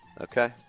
Okay